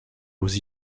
aux